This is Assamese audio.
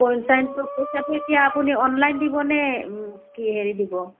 পইচাটো এতিয়া আপুনি অনলাইন দিবনে কি হেৰি দিব